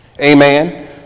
amen